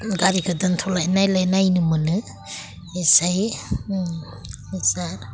गारिखौ दोनथ'लाय नायलाय नायनो मोनो इसाय जा